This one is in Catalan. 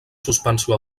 suspensió